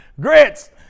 Grits